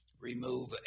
remove